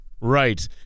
Right